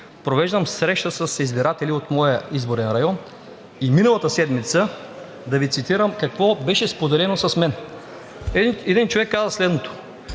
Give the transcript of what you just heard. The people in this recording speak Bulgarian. провеждам среща с избиратели от моя изборен район и миналата седмица да Ви цитирам какво беше споделено с мен. Един човек каза следното: